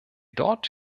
dort